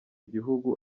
gihugu